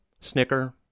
snicker